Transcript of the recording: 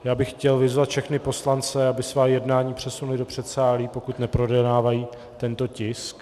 Já bych chtěl vyzvat všechny poslance, aby svá jednání přesunuli do předsálí, pokud neprojednávají tento tisk.